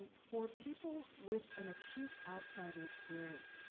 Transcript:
for people with an acute outsider experience,